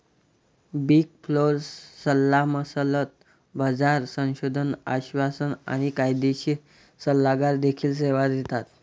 big four सल्लामसलत, बाजार संशोधन, आश्वासन आणि कायदेशीर सल्लागार देखील सेवा देतात